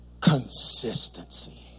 Consistency